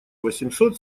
восемьсот